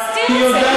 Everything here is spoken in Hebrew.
היא יודעת,